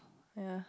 ya